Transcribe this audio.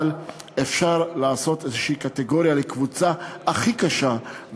אבל אפשר לעשות קטגוריה כלשהי לקבוצה הכי קשה,